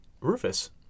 Rufus